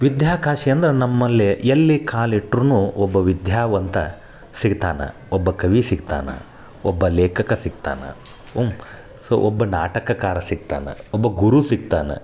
ವಿದ್ಯಾಕಾಶಿ ಅಂದ್ರೆ ನಮ್ಮಲ್ಲಿ ಎಲ್ಲಿ ಕಾಲಿಟ್ರೂ ಒಬ್ಬ ವಿದ್ಯಾವಂತ ಸಿಗ್ತಾನೆ ಒಬ್ಬ ಕವಿ ಸಿಗ್ತಾನೆ ಒಬ್ಬ ಲೇಖಕ ಸಿಗ್ತಾನೆ ಸೊ ಒಬ್ಬ ನಾಟಕಕಾರ ಸಿಗ್ತಾನೆ ಒಬ್ಬ ಗುರು ಸಿಗ್ತಾನೆ